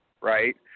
right